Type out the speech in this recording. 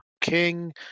king